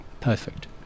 perfect